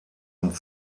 und